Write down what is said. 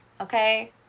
okay